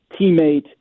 teammate